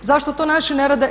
Zašto to naši ne rade?